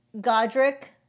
Godric